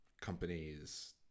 companies